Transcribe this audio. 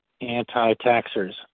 anti-taxers